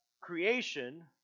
creation